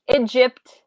Egypt